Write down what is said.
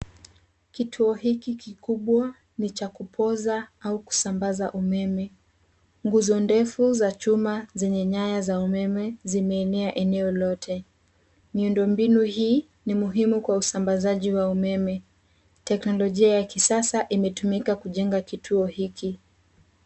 Kituo hiki kikubwa, ni cha kupoza, au kusambaza umeme. Nguzo ndefu za chuma zenye nyaya za umeme, zimeenea eneo lote. Miundombinu hii, ni muhimu kwa usambazaji wa umeme. Teknolojia ya kisasa, imetumika kujenga kituo hiki.